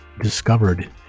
discovered